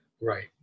Right